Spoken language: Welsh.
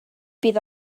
bydd